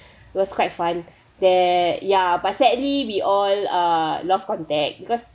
was quite fun there ya but sadly we all uh lost contact because